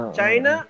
China